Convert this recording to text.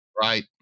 right